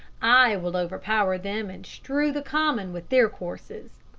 i will overpower them and strew the common with their corses.